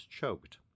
choked